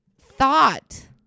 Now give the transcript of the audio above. thought